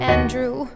Andrew